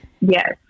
Yes